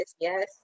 yes